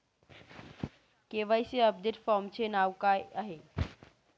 KYC update फॉर्मचे नाव काय आहे?